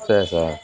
சரி சார்